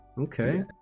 Okay